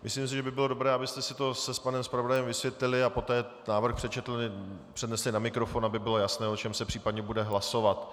Myslím si, že by bylo dobré, abyste si to s panem zpravodajem vysvětlili a poté návrh přečetli, přednesli na mikrofon, aby bylo jasné, o čem se případně bude hlasovat.